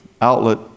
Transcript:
outlet